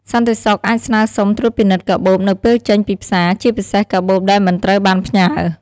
សន្តិសុខអាចស្នើសុំត្រួតពិនិត្យកាបូបនៅពេលចេញពីផ្សារ ជាពិសេសកាបូបដែលមិនត្រូវបានផ្ញើ។